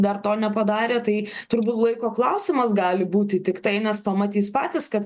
dar to nepadarė tai turbūt laiko klausimas gali būti tiktai nes pamatys patys kad